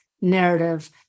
narrative